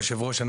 היושב-ראש,